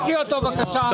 תוציא אותו, בבקשה.